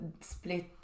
split